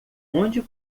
onde